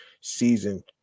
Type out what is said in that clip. season